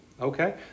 okay